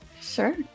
sure